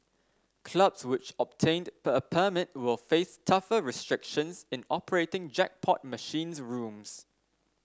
clubs which obtained per a permit will face tougher restrictions in operating jackpot machines rooms